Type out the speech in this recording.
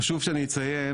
חשוב שאני אציין,